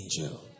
angel